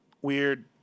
weird